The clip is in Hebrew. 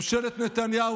ממשלת נתניהו,